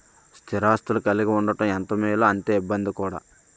స్థిర ఆస్తులు కలిగి ఉండడం ఎంత మేలో అంతే ఇబ్బంది కూడా